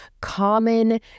common